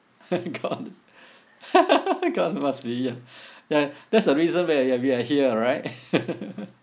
god god must be ya ya that's the reason where we are here right